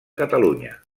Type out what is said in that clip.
catalunya